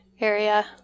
area